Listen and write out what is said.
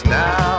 now